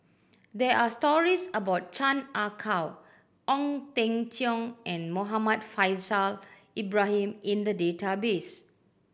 there are stories about Chan Ah Kow Ong Teng Cheong and Muhammad Faishal Ibrahim in the database